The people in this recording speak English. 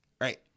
Right